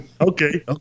okay